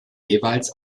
jeweils